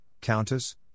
Countess